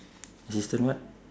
assistant what